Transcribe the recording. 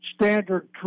standard